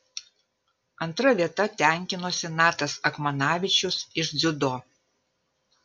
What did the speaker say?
antra vieta tenkinosi natas akmanavičius iš dziudo